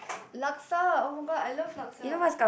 laksa [oh]-my-god I love laksa